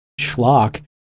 schlock